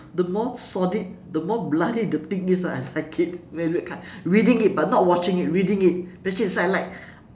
the more sordid the more bloody the thing is ah I like it very weird right reading it but not watching it reading it actually that's what I like